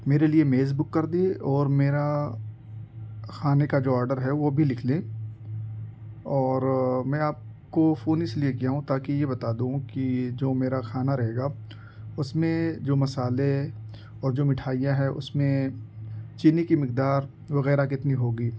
میرے لیے میز بک کر دیجے اور میرا کھانے کا جو آڈر ہے وہ بھی لکھ لیں اور میں آپ کو فون اس لیے کیا ہوں تاکہ یہ بتا دوں کہ یہ جو میرا کھانا رہے گا اس میں جو مسالے اور جو مٹھائیاں ہیں اس میں چینی کی مقدار وغیرہ کتنی ہوگی